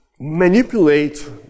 manipulate